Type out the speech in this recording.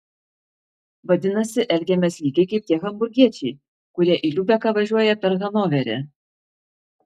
vadinasi elgiamės lygiai kaip tie hamburgiečiai kurie į liubeką važiuoja per hanoverį